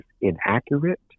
inaccurate